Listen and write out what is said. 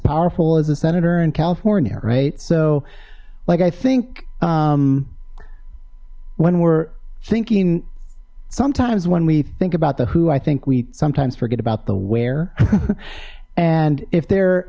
powerful as a senator in california right so like i think when we're thinking sometimes when we think about the who i think we sometimes forget about the where and if there